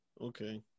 Okay